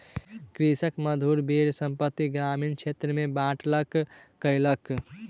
कृषक मधुर बेर समस्त ग्रामीण क्षेत्र में बाँटलक कयलक